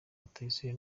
rutayisire